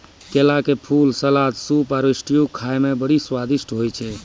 केला के फूल, सलाद, सूप आरु स्ट्यू खाए मे बड़ी स्वादिष्ट होय छै